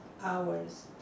hours